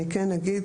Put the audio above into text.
אני כן אגיד